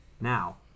Now